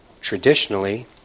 traditionally